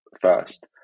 first